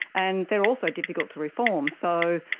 and they are also difficult to reform. so,